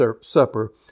supper